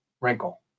wrinkle